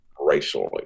racially